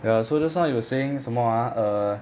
ya so just now you were saying 什么 ah err